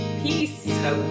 Peace